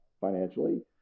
financially